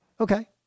Okay